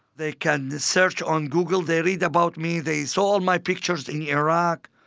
they can search on google, they read about me, they saw all my pictures in iraq.